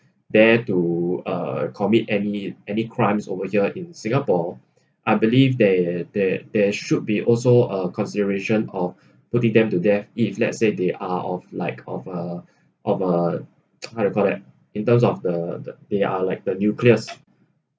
there to uh commit any any crimes over here in singapore I believe there there there should be also a consideration of putting them to death if let's say they are of like of a of a what you call that in terms of the the they are like the nucleus